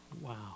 Wow